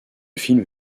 film